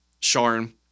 Sharn